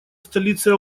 столицей